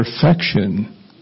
perfection